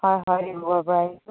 হয় হয়